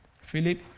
Philip